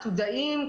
עתודאים,